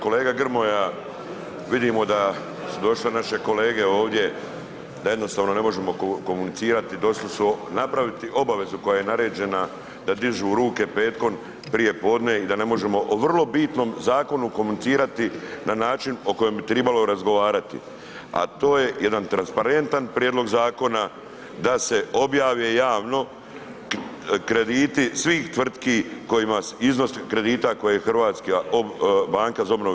Kolega Grmoja, vidimo da su došle naše kolege ovdje, da jednostavno ne možemo komunicirati, došli su napraviti obavezu koja je naređena da dižu ruke petkom prije podne i da ne možemo o vrlo bitnom zakonu komunicirati na način o kojem bi tribalo razgovarati, a to je jedan transparentan prijedlog zakona da se objave javno krediti svih tvrtki kojima iznos kredita koje je HBOR dala.